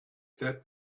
that